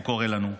הוא קורא לנו,